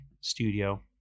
studio